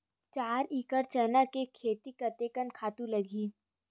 चार एकड़ चना के खेती कतेकन खातु लगही?